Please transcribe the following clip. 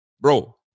Bro